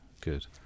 Good